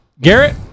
garrett